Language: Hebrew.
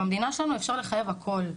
במדינה שלנו אפשר לחייב הכל.